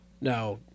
Now